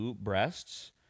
breasts